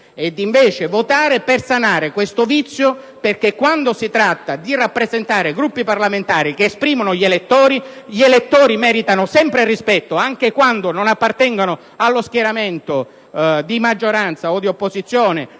e di votare, invece, per sanare questo vizio, perché quando tratta di rappresentare Gruppi parlamentari che esprimono gli elettori, gli elettori meritano sempre rispetto: anche quando essi non appartengono agli schieramenti di maggioranza o di opposizione